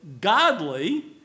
godly